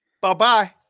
Bye-bye